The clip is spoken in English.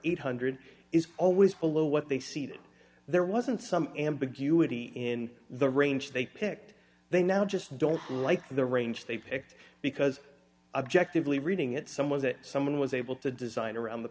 eight hundred is always below what they see that there wasn't some ambiguity in the range they picked they now just don't like the range they picked because objectively reading it some was that someone was able to design around the